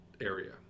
area